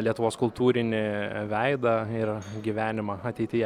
lietuvos kultūrinį veidą ir gyvenimą ateityje